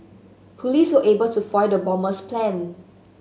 police were able to foil the bomber's plan